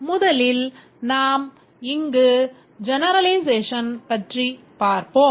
முதலில் நாம் இங்கு generalization பற்றி பார்ப்போம்